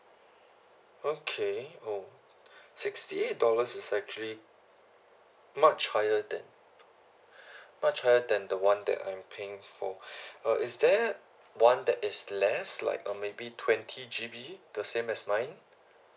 okay oh sixty eight dollars is actually much higher than much higher than the one that I'm paying for uh is there one that is less uh maybe twenty G_B the same as mine